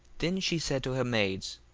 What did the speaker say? then she said to her maids,